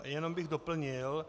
Jenom bych doplnil.